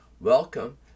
Welcome